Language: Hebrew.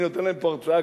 אני נותן להם פה הרצאה,